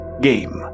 game